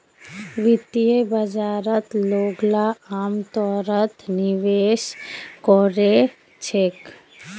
वित्तीय बाजारत लोगला अमतौरत निवेश कोरे छेक